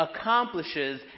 accomplishes